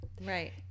Right